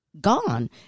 gone